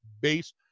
base